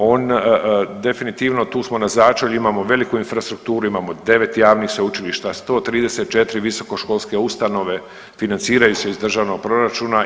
On definitivno, tu smo na začelju, imamo veliku infrastrukturu, imamo 9 javnih sveučilišta, 134 visoko školske ustanove, financiraju se iz državnog proračuna.